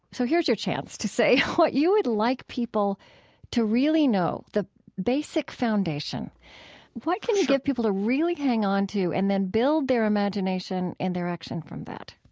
so here's your chance to say what you would like people to really know, the basic foundation sure what can you get people to really hang onto and then build their imagination and their action from that?